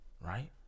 right